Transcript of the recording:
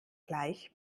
gleich